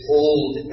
old